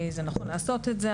זה נכון לעשות את זה.